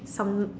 some